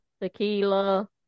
tequila